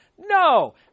No